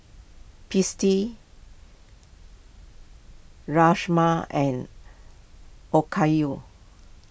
Rajma and Okayu